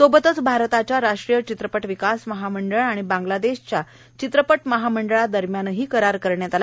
सोबतच भारताच्या राष्ट्रीय चित्रपट विकास महामंडळ आणि बांग्लादेशच्या चित्रपट महामंडळादरम्यानही करार करण्यात आला